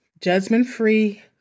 judgment-free